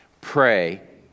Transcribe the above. Pray